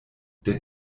der